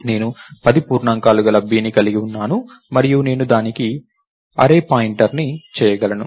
నేను 10 పూర్ణాంకాల గల b ని కలిగి ఉన్నాను మరియు నేను దానికి అర్రే పాయింట్ని చేయగలను